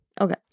okay